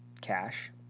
cash